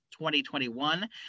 2021